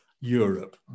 Europe